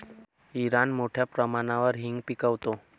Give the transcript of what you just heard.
Iran मोठ्या प्रमाणावर हिंग पिकवतो